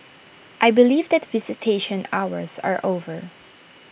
I believe that visitation hours are over